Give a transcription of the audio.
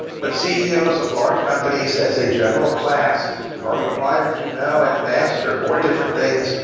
but ceos of large companies as a general class are required to know and master more different things,